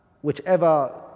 whichever